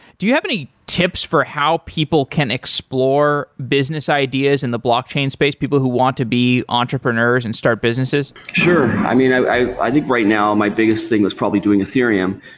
do you have any tips for how people can explore business ideas in the blockchain space? people who want to be entrepreneurs and start businesses? sure. i mean, i i think right now my biggest thing was probably doing ethereum.